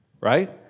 Right